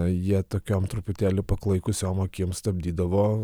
jie tokiom truputėlį paklaikusiom akim stabdydavo